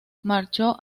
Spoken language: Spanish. marchó